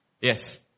Yes